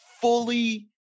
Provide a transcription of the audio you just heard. fully